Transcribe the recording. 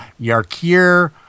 Yarkir